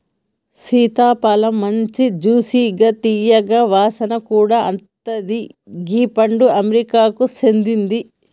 సీతాఫలమ్ మంచి జ్యూసిగా తీయగా వాసన కూడా అత్తది గీ పండు అమెరికాకు సేందింది